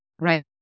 Right